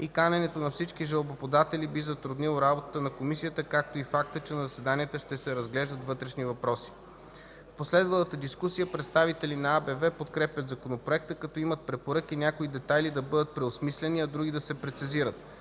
и каненето на всички жалбоподатели би затруднило работата на Комисията, както и факта, че на заседанията се разглеждат вътрешни въпроси. В последвалата дискусия представители на АБВ подкрепят законопроекта, като имат препоръки някои детайли да бъдат преосмислени, а други да се прецизират.